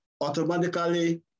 Automatically